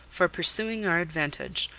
for pursuing our advantage.